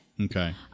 Okay